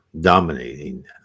dominating